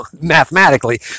mathematically